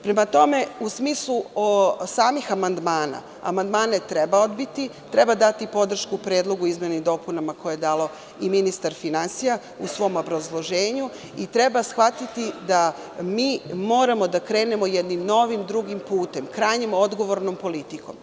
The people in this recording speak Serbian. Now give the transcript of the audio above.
Prema tome, u smislu samih amandmana, amandmane treba odbiti, treba dati podršku predlogu i izmenama i dopunama koje je dao ministar finansija u svom obrazloženju i treba shvatiti da mi moramo da krenemo jednim novim, drugim putem, krajnje odgovornom politikom.